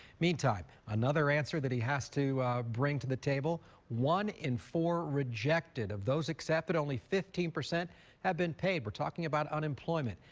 meantime another answer that he has bring to the table one in four rejected of those accepted only fifteen percent have been paper talking about unemployment.